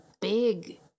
big